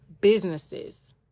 businesses